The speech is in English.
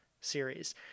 series